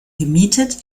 gemietet